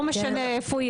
לא משנה איפה,